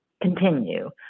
continue